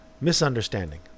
misunderstanding